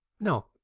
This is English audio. No